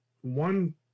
one